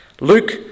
Luke